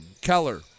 Keller